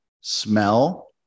smell